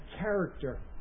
character